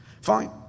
Fine